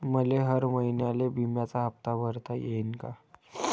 मले हर महिन्याले बिम्याचा हप्ता भरता येईन का?